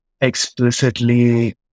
explicitly